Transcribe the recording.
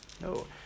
No